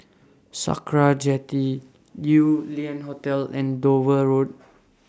Sakra Jetty Yew Lian Hotel and Dover Road